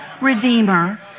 redeemer